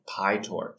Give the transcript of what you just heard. PyTorch